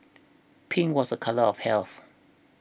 pink was a colour of health